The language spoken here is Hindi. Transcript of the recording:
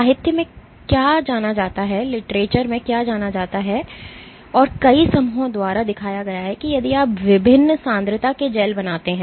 साहित्य में क्या जाना जाता है और कई समूहों द्वारा दिखाया गया है कि यदि आप विभिन्न सांद्रता के जैल बनाते हैं